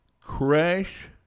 crash